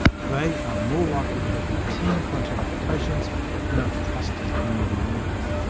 they are more likely to have routine contact with patients and are trusted community members.